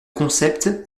concept